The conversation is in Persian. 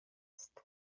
است